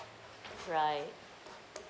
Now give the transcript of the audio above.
right